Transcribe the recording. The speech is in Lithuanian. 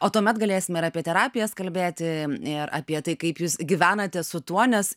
o tuomet galėsime ir apie terapijas kalbėti ir apie tai kaip jūs gyvenate su tuo nes